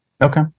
Okay